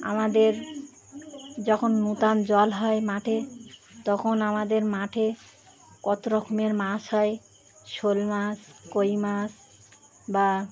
আমাদের যখন নূতন জল হয় মাঠে তখন আমাদের মাঠে কত রকমের মাছ হয় শোল মাছ কই মাছ বা